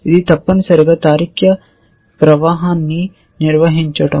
ఇది తప్పనిసరిగా తార్కిక ప్రవాహాన్ని నిర్వహించడం